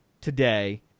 today